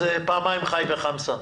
זה פעמיים ח"י וחמסה.